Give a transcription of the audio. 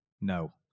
No